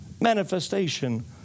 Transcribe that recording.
manifestation